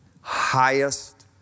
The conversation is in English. Highest